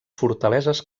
fortaleses